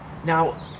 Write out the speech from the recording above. Now